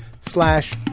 slash